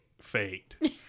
faked